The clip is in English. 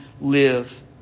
live